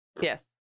Yes